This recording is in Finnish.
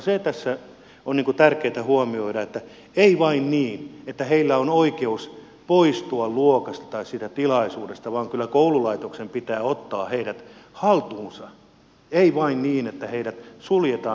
se tässä on tärkeätä huomioida että ei ole vain niin että heillä on oikeus poistua luokasta tai siitä tilaisuudesta vaan kyllä koululaitoksen pitää ottaa heidät haltuunsa ettei ole vain niin että heidät suljetaan tavallaan pois